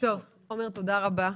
אני